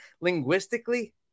linguistically